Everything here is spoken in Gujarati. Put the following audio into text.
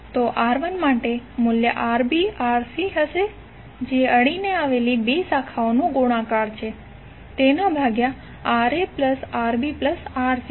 તો R 1 માટે મૂલ્ય RbRc હશે જે અડીને આવેલી 2 શાખાઓનો ગુણાકાર છે તેના ભગ્યા Ra Rb Rc છે